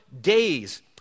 days